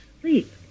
Sleep